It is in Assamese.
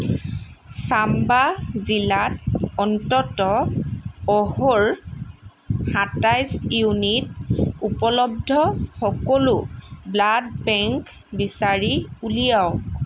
চাম্বা জিলাত অন্ততঃ অ'হ'ৰ সাতাইশ ইউনিট উপলব্ধ সকলো ব্লাড বেংক বিচাৰি উলিয়াওক